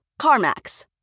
CarMax